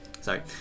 Sorry